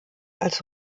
als